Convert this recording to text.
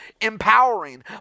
empowering